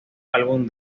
álbum